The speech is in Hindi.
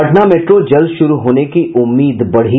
पटना मेट्रो जल्द शुरू होने की उम्मीद बढ़ी